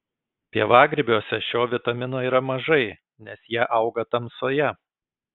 pievagrybiuose šio vitamino yra mažai nes jie auga tamsoje